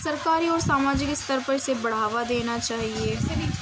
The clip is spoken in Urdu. سرکاری اور ساماجک استر پر اسے بڑھاوا دینا چاہیے